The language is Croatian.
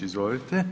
Izvolite.